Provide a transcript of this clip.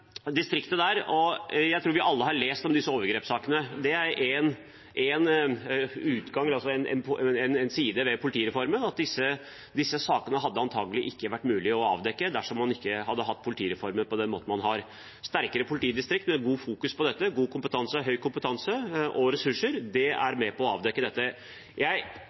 distriktet der, og jeg tror vi alle har lest om disse overgrepssakene. Det er en side ved politireformen at disse sakene hadde det antagelig ikke vært mulig å avdekke dersom man ikke hadde hatt politireformen på den måten man har. Sterkere politidistrikter med fokus på dette og god kompetanse og ressurser er med på å avdekke